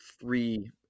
three